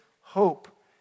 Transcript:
hope